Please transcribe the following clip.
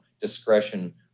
discretion